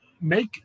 make